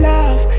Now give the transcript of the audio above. Love